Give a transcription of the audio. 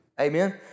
Amen